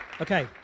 okay